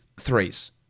threes